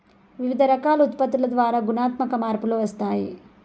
వివిధ రకాల ఉత్పత్తుల ద్వారా గుణాత్మక మార్పులు వస్తాయి